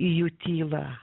į jų tylą